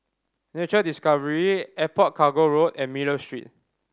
Nature Discovery Airport Cargo Road and Miller Street